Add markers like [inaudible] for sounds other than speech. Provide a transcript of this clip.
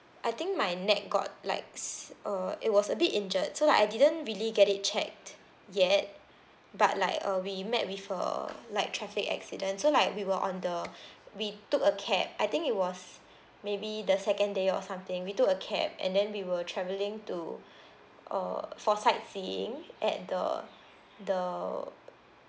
I think my neck got likes uh it was a bit injured so like I didn't really get it checked yet but like uh we met with a like traffic accident so like we were on the [breath] we took a cab I think it was maybe the second day or something we took a cab and then we were travelling to err for sightseeing at the the